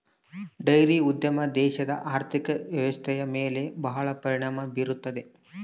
dairy ಉದ್ಯಮ ದೇಶದ ಆರ್ಥಿಕ ವ್ವ್ಯವಸ್ಥೆಯ ಮೇಲೆ ಬಹಳ ಪರಿಣಾಮ ಬೀರುತ್ತದೆ